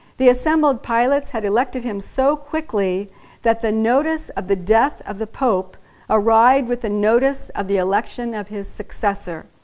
the assembled pilots had elected him so quickly that the notice of the death of the pope arrived with the notice of the election of his successor.